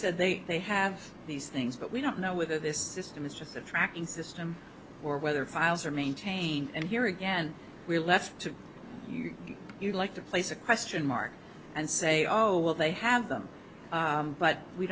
said they they have these things but we don't know whether this system is just a tracking system or whether files are maintained and here again we're left to you you'd like to place a question mark and say oh well they have them but we